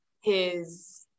his-